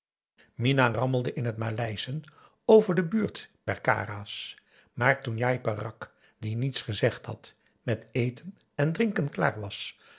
minah rammelde in het maleisen over de buurt perkaras maar toen njai peraq die niets gezegd had met eten en drinken klaar was